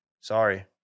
Sorry